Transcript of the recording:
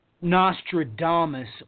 Nostradamus